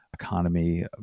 economy